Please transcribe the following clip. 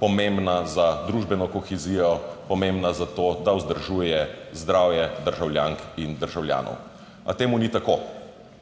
pomembna za družbeno kohezijo, pomembna za to, da vzdržuje zdravje državljank in državljanov, a temu ni tako.